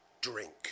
drink